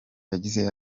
yagize